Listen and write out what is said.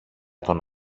τον